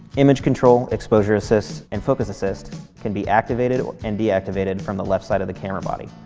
image control, exposure assist, and focus assist can be activated and deactivated from the left side of the camera body.